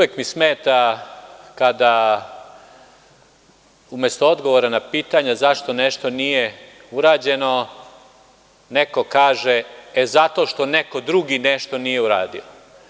Uvek mi smeta kada umesto odgovora na pitanja zašto nešto nije urađeno, neko kaže – e zato što neko drugi nešto nije uradio.